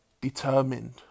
determined